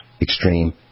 Extreme